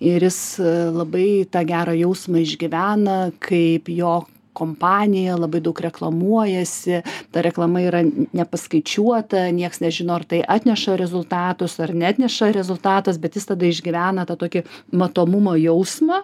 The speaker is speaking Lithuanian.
ir jis labai tą gerą jausmą išgyvena kaip jo kompanija labai daug reklamuojasi ta reklama yra nepaskaičiuota nieks nežino ar tai atneša rezultatus ar neatneša rezultatus bet jis tada išgyvena tą tokį matomumo jausmą